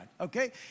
okay